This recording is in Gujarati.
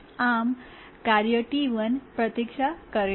આમ કાર્ય T1 પ્રતીક્ષા કરે છે